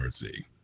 Mercy